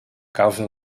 causa